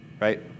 right